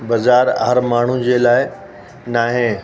बज़ार हरु माण्हू जे लाइ नाहे